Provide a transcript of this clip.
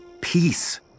Peace